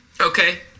okay